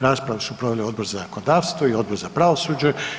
Raspravu su proveli Odbor za zakonodavstvo i Odbor za pravosuđe.